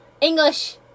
English